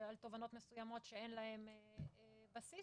תובענות מסוימות שאין להן בסיס.